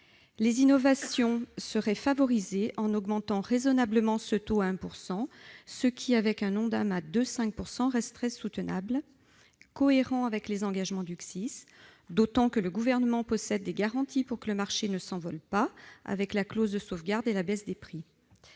Les innovations seraient favorisées en augmentant raisonnablement ce taux à 1 %, ce qui, avec un ONDAM à 2,5 %, resterait soutenable et cohérent par rapport aux engagements pris lors du CSIS, d'autant que le Gouvernement possède des garanties pour que le marché ne s'envole pas avec la clause de sauvegarde et la baisse des prix.